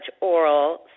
oral